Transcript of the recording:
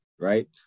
Right